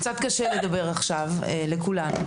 קצת קשה לדבר עכשיו לכולם,